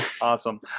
Awesome